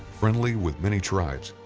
friendly with many tribes,